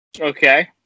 Okay